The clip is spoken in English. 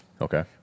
Okay